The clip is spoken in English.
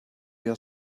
your